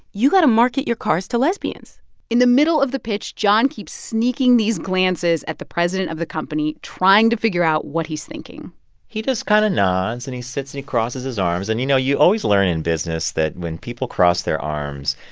you got to market your cars to lesbians in the middle of the pitch, john keeps sneaking these glances at the president of the company, trying to figure out what he's thinking he just kind of nods, and he sits and he crosses his arms. and, you know, you always learn in business that when people cross their arms,